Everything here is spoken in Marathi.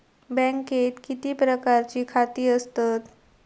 बँकेत किती प्रकारची खाती असतत?